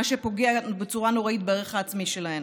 מה שפוגע בצורה נוראית בערך העצמי שלהן.